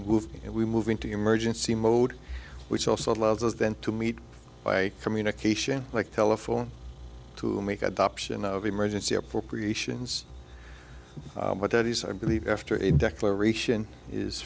move we move into emergency mode which also loves those then to meet by from unification like telephone to make adoption of emergency appropriations but that is i believe after a declaration is